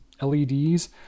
LEDs